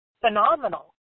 phenomenal